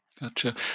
Gotcha